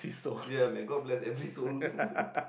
ya man god bless every soul